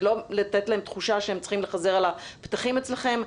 ולא לתת להם תחושה שהם צריכים לחזר על הפתחים אצלכם.